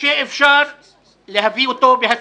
יש חוק אחד שאפשר להביא אותו בהסכמה.